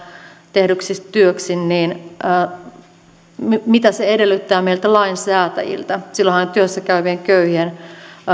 tehdyksi työksi mitä se edellyttää meiltä lainsäätäjiltä silloinhan työssäkäyvien köyhien